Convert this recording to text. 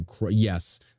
Yes